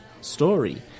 story